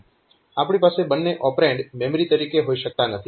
આપણી પાસે બંને ઓપરેન્ડ મેમરી તરીકે હોઈ શકતા નથી